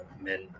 men